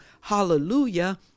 hallelujah